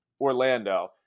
Orlando